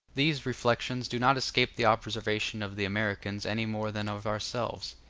these reflections do not escape the observation of the americans any more than of ourselves.